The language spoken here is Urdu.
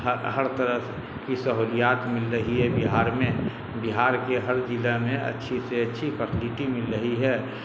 ہر طرح کی سہولیات مل رہی ہے بہار میں بہار کے ہر ضلع میں اچھی سے اچھی پسند کی مل رہی ہے